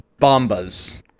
bombas